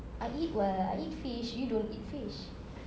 I eat [what] I eat fish you don't eat fish